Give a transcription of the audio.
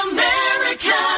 America